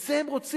את זה הם רוצים.